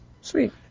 Sweet